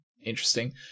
interesting